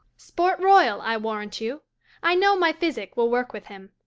sport royal, i warrant you i know my physic will work with him.